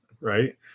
right